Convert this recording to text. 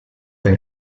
been